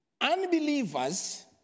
unbelievers